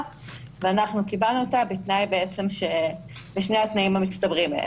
ואנחנו קיבלנו אותה בשני התנאים המצטברים האלה.